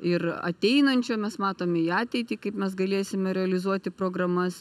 ir ateinančio mes matom į ateitį kaip mes galėsime realizuoti programas